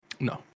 no